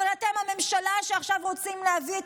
אבל אתם הממשלה שעכשיו רוצה להביא את